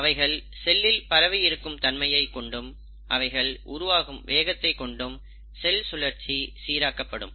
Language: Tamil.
அவைகள் செல்லில் பரவி இருக்கும் தன்மையை கொண்டும் அவைகள் உருவாகும் வேகத்தை கொண்டும் செல் சுழற்சி சீராக்கப்படும்